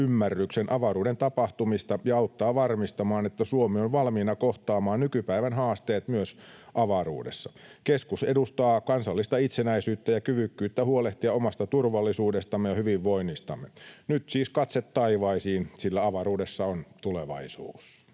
tilanneymmärryksen avaruuden tapahtumista ja auttaa varmistamaan, että Suomi on valmiina kohtaamaan nykypäivän haasteet myös avaruudessa. Keskus edustaa kansallista itsenäisyyttä ja kyvykkyyttä huolehtia omasta turvallisuudestamme ja hyvinvoinnistamme. Nyt siis katse taivaisiin, sillä avaruudessa on tulevaisuus.